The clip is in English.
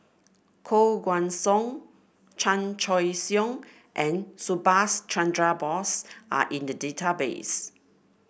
Koh Guan Song Chan Choy Siong and Subhas Chandra Bose are in the database